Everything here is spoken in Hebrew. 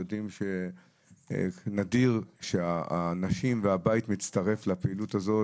יודעים שנדיר שהנשים והבית מצטרף לפעילות הזאת.